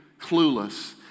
clueless